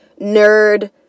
nerd